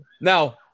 Now